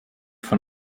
von